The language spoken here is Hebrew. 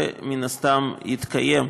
ומן הסתם יתקיים.